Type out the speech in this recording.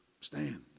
Stand